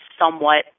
somewhat